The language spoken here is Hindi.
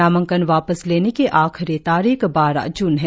नामांकन वापस लेने की आखिरी तारीख बारह जून है